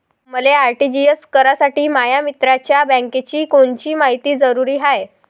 मले आर.टी.जी.एस करासाठी माया मित्राच्या बँकेची कोनची मायती जरुरी हाय?